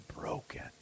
broken